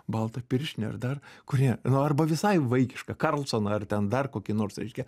baltą pirštinę ar dar kurią nu arba visai vaikišką karlsoną ir ten dar kokį nors reiškia